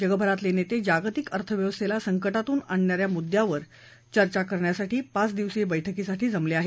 जगभरातले नेते जागतिक अर्थव्यवस्थेला संकटात आणण्या या मुद्यांवर चर्चा करण्यासाठी पाच दिवसीय बैठकीसाठी जमले आहेत